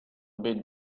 bit